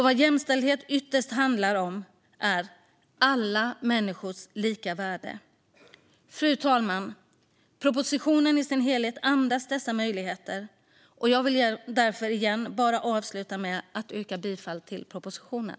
Vad jämställdhet ytterst handlar om är alla människors lika värde. Fru talman! Propositionen i sin helhet andas dessa möjligheter. Jag vill därför bara avsluta med att igen yrka bifall till propositionen.